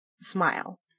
smile